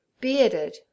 bearded